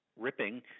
ripping